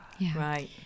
right